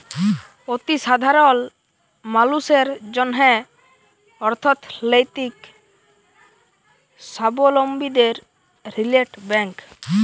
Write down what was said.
অতি সাধারল মালুসের জ্যনহে অথ্থলৈতিক সাবলম্বীদের রিটেল ব্যাংক